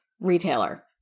retailer